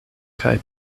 kaj